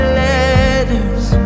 letters